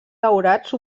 daurats